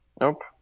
Nope